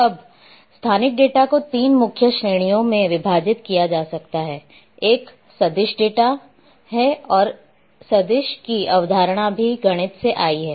अब स्थानिक डेटा को 3 मुख्य श्रेणियों में विभाजित किया जा सकता है एक सदिश डेटा है और सदिश की अवधारणा भी गणित से आई है